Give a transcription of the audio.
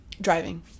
driving